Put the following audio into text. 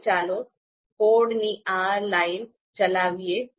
હવે ચાલો કોડની આ લાઇન ચલાવીએ